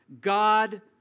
God